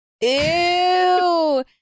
Ew